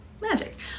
magic